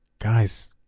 Guys